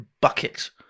bucket